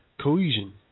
cohesion